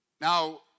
Now